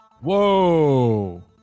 Whoa